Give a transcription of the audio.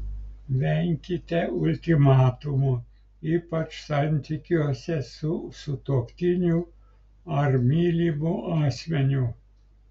venkite ultimatumų ypač santykiuose su sutuoktiniu ar mylimu asmeniu